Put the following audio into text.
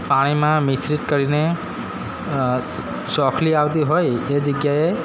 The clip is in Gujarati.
પાણીમાં મિશ્રિત કરીને સોકલી આવતી હોય એ જગ્યાએ